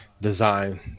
design